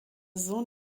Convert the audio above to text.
sohn